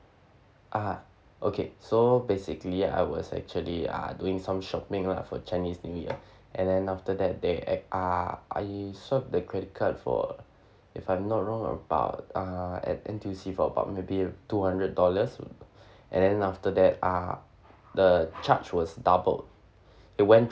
ah okay so basically I was actually ah doing some shopping lah for chinese new year and then after that they act~ ah I swiped the credit card for uh if I'm not wrong about uh at N_T_U_C for about maybe two hundred dollars and then after that ah the charge was doubled it went